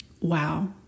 Wow